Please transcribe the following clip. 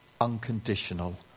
unconditional